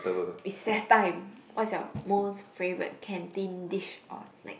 recess time what's your most favourite canteen dish or snack